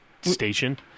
station